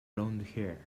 blondhair